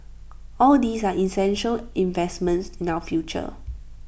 all these are essential investments in our future